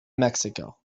mexico